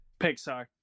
pixar